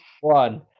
one